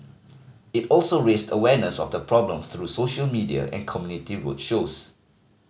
it also raised awareness of the problem through social media and community road shows